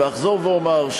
ואחזור ואומר,